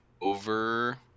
over